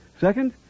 Second